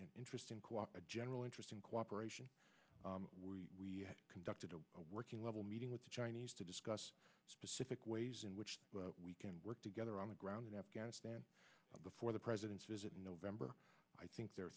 an interest in co op general interest in cooperation we conducted a working level meeting with the chinese to discuss specific ways in which we can work together on the ground in afghanistan before the president's visit in november i think they're